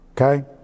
Okay